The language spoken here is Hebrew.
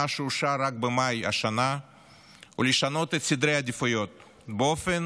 שאושר רק במאי השנה ולשנות את סדרי העדיפויות באופן